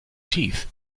teeth